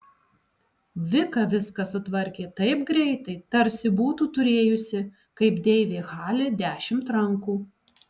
vika viską sutvarkė taip greitai tarsi būtų turėjusi kaip deivė hali dešimt rankų